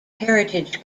heritage